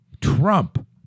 Trump